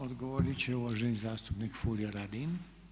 Odgovorit će uvaženi zastupnik Furio Radin.